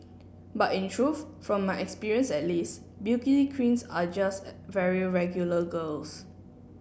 but in truth from my experience at least beauty queens are just very regular girls